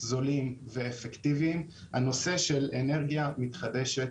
זולים ואפקטיביים, הנושא של אנרגיה מתחדשת